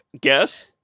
guess